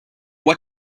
what